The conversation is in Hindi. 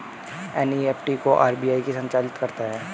एन.ई.एफ.टी को आर.बी.आई ही संचालित करता है